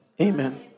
Amen